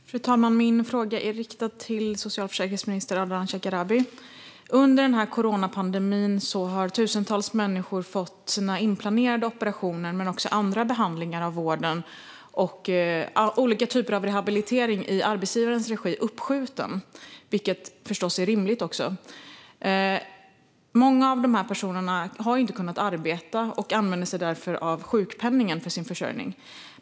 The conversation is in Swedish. Fru talman! Min fråga är riktad till socialförsäkringsminister Ardalan Shekarabi. Under coronapandemin har tusentals människor fått sina inplanerade operationer men också andra behandlingar inom vården och olika typer av rehabilitering i arbetsgivarens regi uppskjuten, vilket förstås är rimligt. Många av de personerna har inte kunnat arbeta och använder sig därför av sjukpenningen för sin försörjning.